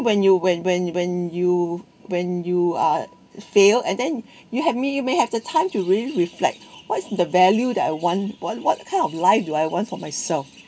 when you when when when you when you are fail and then you have me may have the time to really reflect what is the value that I want what what kind of life do I want for myself